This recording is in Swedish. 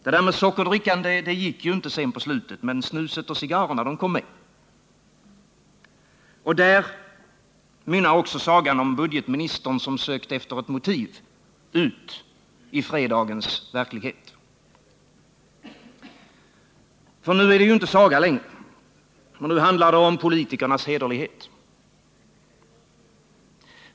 Det där med sockerdrickan, det gick ju inte till slut, men snuset och cigarrerna kom med. Och där mynnar också sagan om budgetministern, som sökte ett motiv, ut i fredagens verklighet. Nu är det ju inte saga längre. Nu handlar det om politikernas hederlighet.